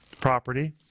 property